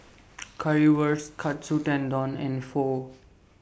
Currywurst Katsu Tendon and Pho